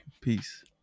Peace